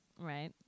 Right